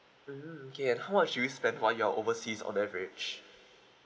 mmhmm okay and how much do you spend while you're overseas on average